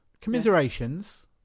Commiserations